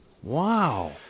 Wow